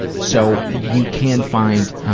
so, you can find,